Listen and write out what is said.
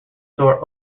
store